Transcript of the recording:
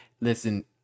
Listen